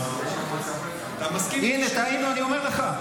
אתה מסכים איתי --- הינה, טעינו, אני אומר לך.